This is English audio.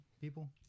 people